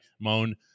moan